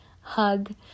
hug